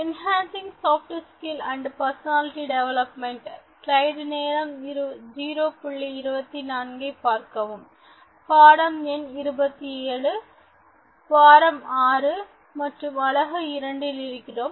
enhancing soft skills and personality development பாடம் எண் இருபத்தேழு வாரம் ஆறு மற்றும் அலகு 2 இல் இருக்கிறோம்